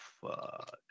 fuck